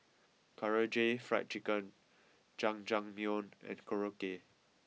Karaage Fried Chicken Jajangmyeon and Korokke